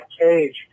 cage